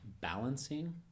balancing